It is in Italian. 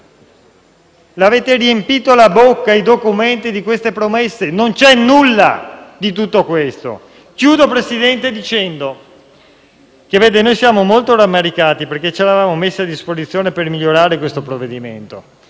siete riempiti la bocca e i documenti di queste promesse e non c'è nulla di tutto questo. Concludo, Presidente, dicendo che noi siamo molto rammaricati perché ci eravamo messi a disposizione per migliorare questo provvedimento.